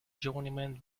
journeyman